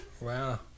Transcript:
wow